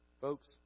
folks